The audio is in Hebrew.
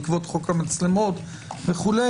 בעקבות חוק המצלמות וכולי,